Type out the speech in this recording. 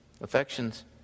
affections